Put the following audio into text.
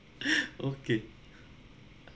okay